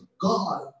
God